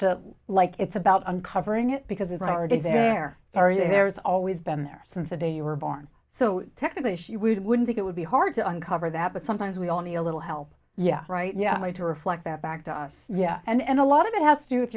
to like it's about uncovering it because it's already there are you there's always been there since the day you were born so technically she would wouldn't think it would be hard to on cover that but sometimes we all need a little help yeah right yeah i need to reflect that back to us yeah and a lot of it has to do with